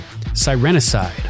Sirenicide